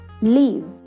leave